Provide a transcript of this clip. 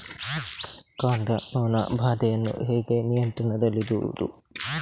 ಕಾಂಡ ನೊಣ ಬಾಧೆಯನ್ನು ಹೇಗೆ ನಿಯಂತ್ರಣದಲ್ಲಿಡುವುದು?